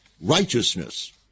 righteousness